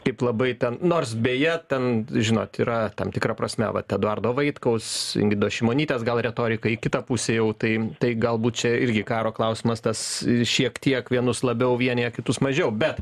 kaip labai ten nors beje ten žinot yra tam tikra prasme vat eduardo vaitkaus ingridos šimonytės gal retorika į kitą pusę jau tai tai galbūt čia irgi karo klausimas tas šiek tiek vienus labiau vienija kitus mažiau bet